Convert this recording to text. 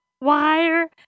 Wire